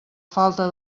falta